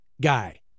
guy